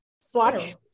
swatch